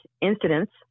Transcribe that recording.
incidents